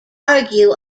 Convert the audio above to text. argue